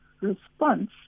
response